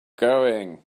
going